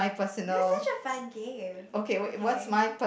that's such a fun game okay